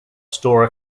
store